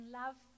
love